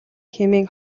хэмээн